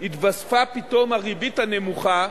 התווספה פתאום הריבית הנמוכה,